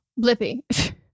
Blippi